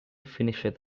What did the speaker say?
finished